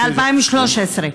מ-2013.